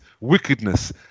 wickedness